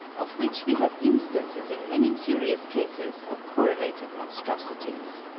of which we have instances in many curious cases of correlated monstrosities.